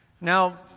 Now